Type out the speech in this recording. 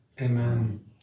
Amen